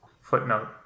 footnote